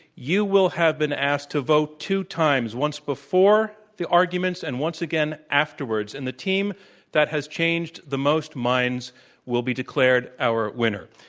you will have been asked to vote two times, once before the arguments and once again afterwards. and the team that has changed the most minds will be declared our winner.